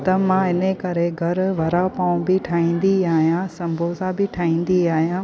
त मां इन जे करे घरु वड़ा पाव बि ठाहींदी आहियां सम्बोसा बि ठाहींदी आहियां